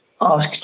asked